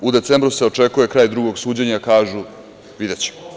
U decembru se očekuje kraj drugog suđenja, kažu – videćemo.